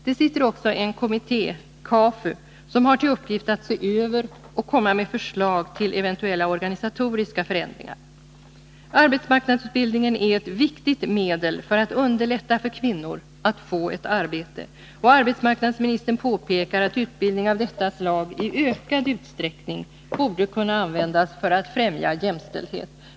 Det sitter också en kommitté, KAFU, som har till uppgift att se över och komma med förslag till eventuella organisatoriska förändringar. Arbetsmarknadsutbildningen är ett viktigt medel för att underlätta för kvinnor att få ett arbete, och arbetsmarknadsministern påpekar att utbildning av detta slag i ökad utsträckning borde kunna användas för att främja jämställdhet.